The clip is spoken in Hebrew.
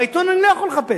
בעיתון אני לא יכול לחפש,